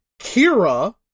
Kira